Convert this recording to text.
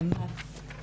ענת?